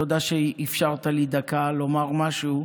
תודה שאפשרת לי דקה לומר משהו.